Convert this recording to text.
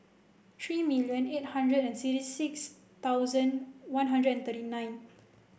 three million eight hundred and sixty six thousand one hundred and thirty nine